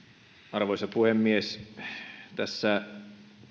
arvoisa puhemies tässä